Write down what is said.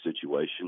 situation